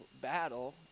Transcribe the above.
battle